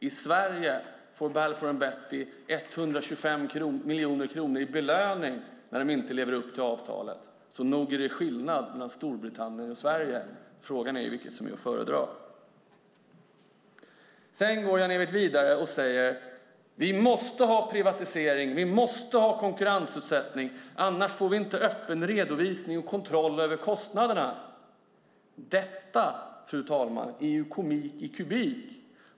I Sverige får Balfour Beatty 125 miljoner kronor i belöning när de inte lever upp till avtalet. Nog är det skillnad mellan Storbritannien och Sverige. Frågan är vilket som är att föredra. Jan-Evert går vidare och säger att vi måste ha privatisering och konkurrensutsättning - annars får vi inte öppen redovisning och kontroll över kostnaderna. Detta, fru talman, är komik i kubik.